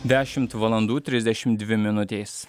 dešimt valandų trisdešimt dvi minutės